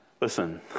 Listen